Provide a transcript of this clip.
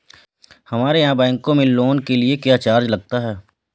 हमारे यहाँ बैंकों में लोन के लिए क्या चार्ज लगता है?